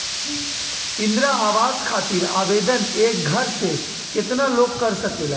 इंद्रा आवास खातिर आवेदन एक घर से केतना लोग कर सकेला?